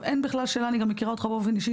אין בכלל שאלה אני גם מכירה אותך באופן אישי,